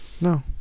no